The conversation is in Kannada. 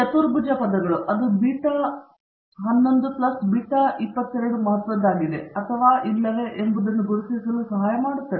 ಚತುರ್ಭುಜ ಪದಗಳು ಅದು ಬೀಟಾ 11 ಪ್ಲಸ್ ಬೀಟಾ 22 ಮಹತ್ವದ್ದಾಗಿದೆ ಅಥವಾ ಇಲ್ಲವೇ ಎಂಬುದನ್ನು ಗುರುತಿಸಲು ಸಹಾಯ ಮಾಡುತ್ತದೆ